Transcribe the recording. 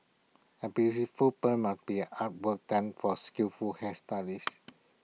A beautiful perm must be an artwork done by A skillful hairstylist